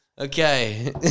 Okay